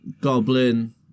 Goblin